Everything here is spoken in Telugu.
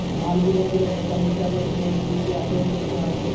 నాల్గు రోజుల క్రితం ఇంటర్నెట్ బ్యేంకింగ్ కి అప్లై చేశాను